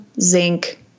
zinc